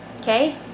Okay